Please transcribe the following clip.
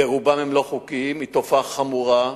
וברובם הם לא חוקיים, היא תופעה חמורה.